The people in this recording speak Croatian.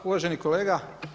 Uvaženi kolega.